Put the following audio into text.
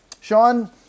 Sean